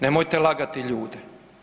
Nemojte lagati ljude.